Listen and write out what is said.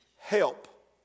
Help